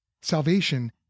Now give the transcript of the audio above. Salvation